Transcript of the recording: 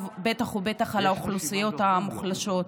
בטח ובטח על האוכלוסיות המוחלשות.